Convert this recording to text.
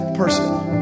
personal